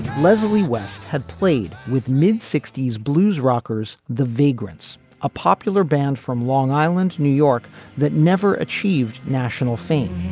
leslie west had played with mid sixty s blues rockers the vagrants a popular band from long island new york that never achieved national fame.